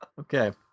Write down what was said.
Okay